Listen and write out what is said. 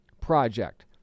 project